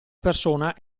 persona